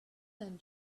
than